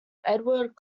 edward